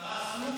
השרה סטרוק,